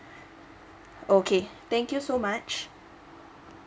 okay thank you so much